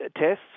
tests